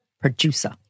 producer